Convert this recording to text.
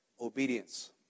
obedience